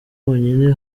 honyine